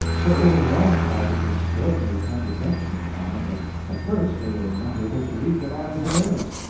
so overwhelmed by this extraordinary condescension of mine that at first they were not able to believe that i was in earnest.